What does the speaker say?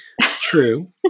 True